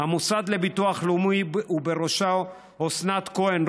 המוסד לביטוח לאומי ובראשו אסנת כהן,